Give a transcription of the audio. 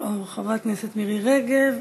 או חברת הכנסת מירי רגב,